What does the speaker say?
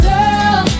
Girl